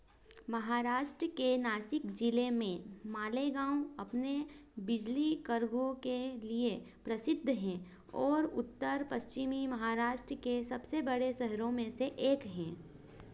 महाराष्ट्र के नासिक जिले में मालेगाँव अपने बिजली करघों के लिए प्रसिद्ध हैं और उत्तर पश्चिमी महाराष्ट्र के सबसे बड़े शहरों में से एक हैं